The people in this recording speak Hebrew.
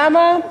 למה?